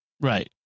Right